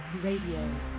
Radio